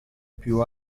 più